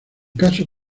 caso